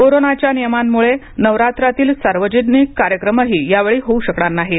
कोरोनाच्या नियमांमुळे नवरात्रातील सार्वजनिक कार्यक्रम यावेळी होऊ शकणार नाहीत